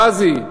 שבזי,